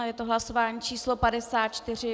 Je to hlasování číslo 54.